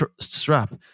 strap